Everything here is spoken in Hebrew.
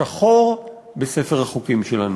שחור בספר החוקים שלנו.